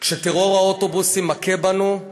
כשטרור האוטובוסים מכה בנו,